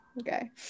Okay